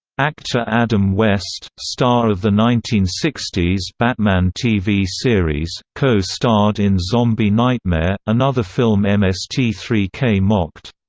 actor adam west, star of the nineteen sixty s batman tv series, co-starred in zombie nightmare, another film m s t three k mocked.